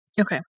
Okay